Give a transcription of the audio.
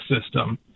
system